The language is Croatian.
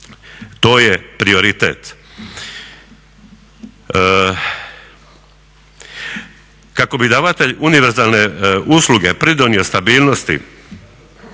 to je prioritet. Kako bi davatelj univerzalne usluge pridonio stabilnosti